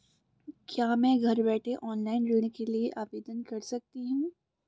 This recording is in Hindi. क्या मैं घर बैठे ऑनलाइन ऋण के लिए आवेदन कर सकती हूँ?